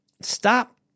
stop